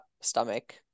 stomach